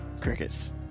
Crickets